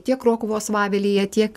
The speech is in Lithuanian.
tiek krokuvos vavelyje tiek